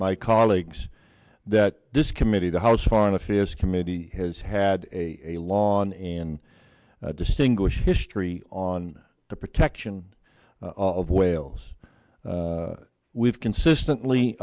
my colleagues that this committee the house foreign affairs committee has had a long and distinguished history on the protection of whales we've consistently